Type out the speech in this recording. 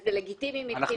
וזה לגיטימי מבחינתי.